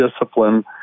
discipline